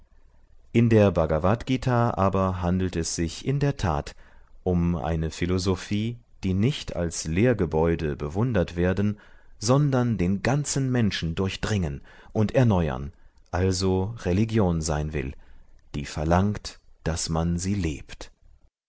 in der bhagavadgt aber handelt es sich in der tat um eine philosophie die nicht als lehrgebäude bewundert werden sondern den ganzen menschen durchdringen und erneuern also religion sein will die verlangt daß man sie lebt